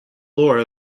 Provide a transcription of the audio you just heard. lore